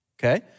Okay